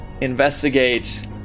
investigate